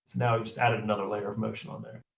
now we've just added another layer of motion on there.